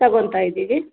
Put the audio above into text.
ತಗೊತ ಇದ್ದೀವಿ